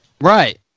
Right